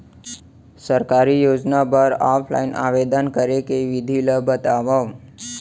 सरकारी योजना बर ऑफलाइन आवेदन करे के विधि ला बतावव